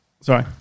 Sorry